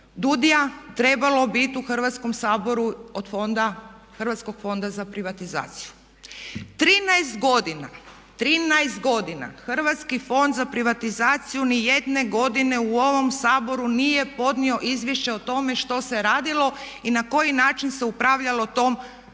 DUUDI-ja trebalo biti u Hrvatskom saboru od Hrvatskog fonda za privatizaciju. Trinaest godina, trinaest godina Hrvatski fond za privatizaciju ni jedne godine u ovom Saboru nije podnio izvješće o tome što se je radilo i na koji način se upravljalo tom državnom